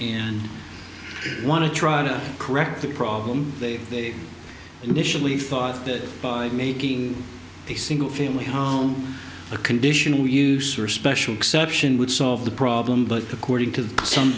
and want to try to correct that problem they initially thought that by making a single family home a condition we use or special exception would solve the problem but according to